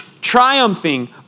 triumphing